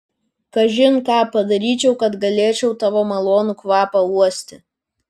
kažin ką padaryčiau kad galėčiau tavo malonų kvapą uosti